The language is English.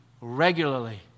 regularly